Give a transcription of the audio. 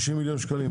50 מיליון שקלים.